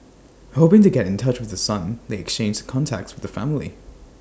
hoping to get in touch with the son they exchanged contacts with the family